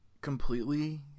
completely